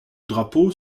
drapeau